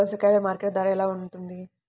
దోసకాయలు మార్కెట్ ధర ఎలా ఉంటుంది?